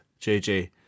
JJ